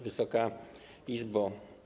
Wysoka Izbo!